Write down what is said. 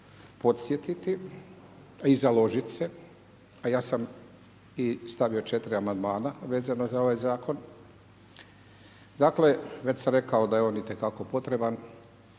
podsjetiti i založiti se, a ja sam i stavio 4 amandmana vezano za ovaj Zakon. Dakle, već sam rekao da je on itekako potreban.